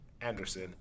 Anderson